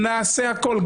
נעשה הכול,